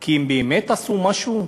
כי הם באמת עשו משהו?